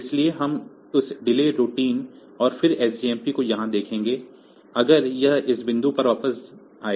इसलिए हम उस डिले रूटीन और फिर SJMP को यहां देखेंगे अगर यह इस बिंदु पर वापस आएगा